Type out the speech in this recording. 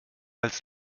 als